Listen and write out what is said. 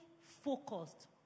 focused